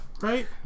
right